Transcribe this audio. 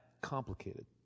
complicated